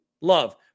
Love